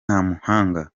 ntamuhanga